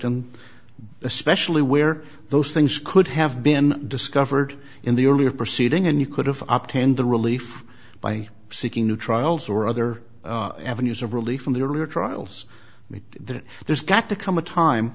and especially where those things could have been discovered in the earlier proceeding and you could have up hand the relief by seeking new trials or other avenues of relief from the earlier trials me that there's got to come a time